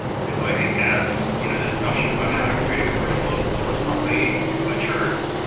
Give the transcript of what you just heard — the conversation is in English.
and so i think as you know the discussion about how to create a commercial open source company matures,